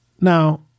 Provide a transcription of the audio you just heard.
now